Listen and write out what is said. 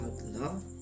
love